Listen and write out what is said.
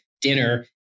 dinner